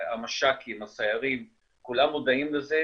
המש"קים, הסיירים, כולם מודעים לזה,